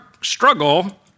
struggle